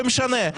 זה לא משנה,